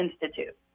Institute